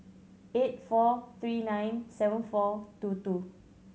eight four three nine seven four two two